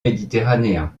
méditerranéen